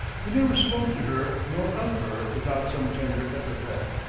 he never spoke to her nor of her without some tender epithet.